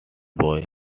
boy